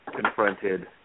confronted